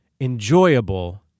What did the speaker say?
enjoyable